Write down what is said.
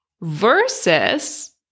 versus